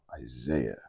Isaiah